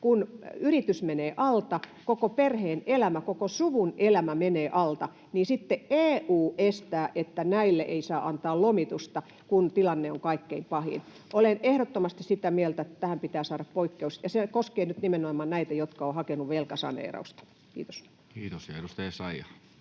kun yritys menee alta ja koko perheen elämä ja koko suvun elämä menee alta. Sitten EU estää, että näille ei saa antaa lomitusta, kun tilanne on kaikkein pahin. Olen ehdottomasti sitä mieltä, että tähän pitää saada poikkeus, ja se koskee nyt nimenomaan näitä, jotka ovat hakeneet velkasaneerausta. — Kiitos. [Speech